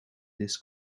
this